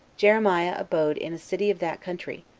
jeremiah abode in a city of that country,